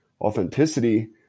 authenticity